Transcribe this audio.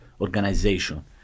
organization